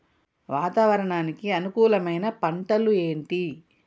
వాతావరణానికి అనుకూలమైన పంటలు ఏంటి?